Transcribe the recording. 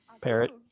Parrot